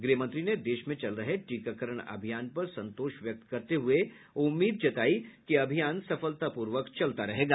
गृह मंत्री ने देश में चल रहे टीकाकरण अभियान पर संतोष व्यक्त करते हुए उम्मीद जताई कि अभियान सफलतापूर्वक चलता रहेगा